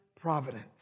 providence